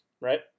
Right